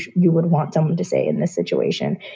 you would want someone to say in this situation,